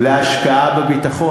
אני רוצה להזכיר לך,